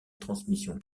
transmission